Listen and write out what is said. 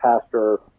pastor